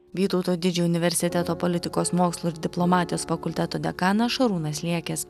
vytauto didžiojo universiteto politikos mokslų ir diplomatijos fakulteto dekanas šarūnas liekis